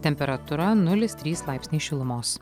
temperatūra nulis trys laipsniai šilumos